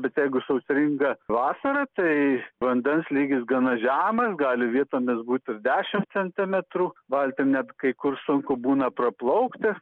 bet jeigu sausringa vasara tai vandens lygis gana žemas gali vietomis būt ir dešim centimetrų valtim net kai kur sunku būna praplaukti